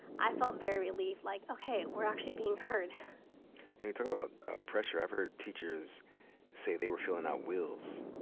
i felt very relieved. like, okay, we're actually being heard. and you talk about pressure. i've heard teachers say they were filling out wills,